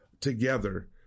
together